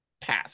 path